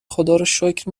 خداروشکر